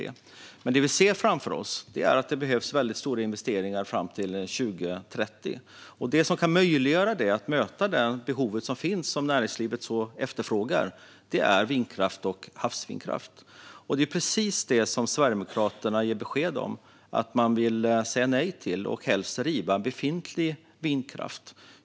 Det vi ser framför oss är att det behövs stora investeringar fram till 2030. Det som kan möjliggöra att möta behovet som finns, om näringslivet så efterfrågar, är vindkraft och havsvindkraft. Sverigedemokraterna ger besked om att man vill säga nej och helst riva befintlig vindkraft.